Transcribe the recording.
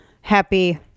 Happy